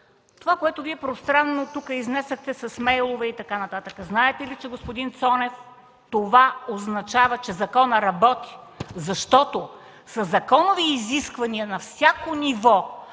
това, което Вие пространно изнесохте тук с мейлове и така нататък, знаете ли, господин Цонев, че това означава, че законът работи, защото със законови изисквания на всяко ниво